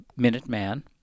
Minuteman